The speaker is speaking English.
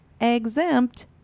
exempt